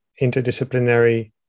interdisciplinary